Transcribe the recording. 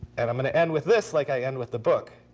and i'm going to end with this like i end with the book.